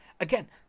again